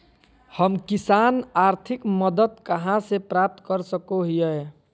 हम किसान आर्थिक मदत कहा से प्राप्त कर सको हियय?